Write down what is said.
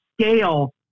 scale